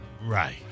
Right